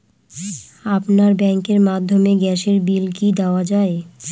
আপনার ব্যাংকের মাধ্যমে গ্যাসের বিল কি দেওয়া য়ায়?